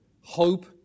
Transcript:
hope